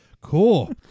Cool